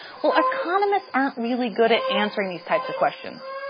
well, economists aren't really good at answering these types of questions.